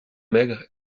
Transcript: maigre